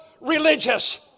religious